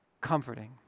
comforting